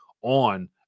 on